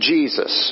Jesus